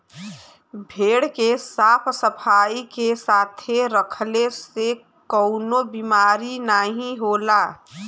भेड़ के साफ सफाई के साथे रखले से कउनो बिमारी नाहीं होला